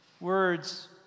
words